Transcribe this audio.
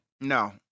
No